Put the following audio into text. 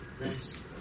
Nice